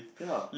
ya